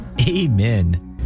Amen